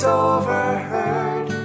overheard